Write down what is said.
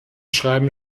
schreiben